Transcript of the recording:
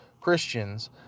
Christians